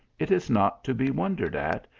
it is not to be wondered at,